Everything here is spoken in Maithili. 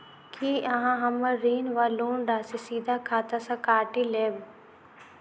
की अहाँ हम्मर ऋण वा लोन राशि सीधा खाता सँ काटि लेबऽ?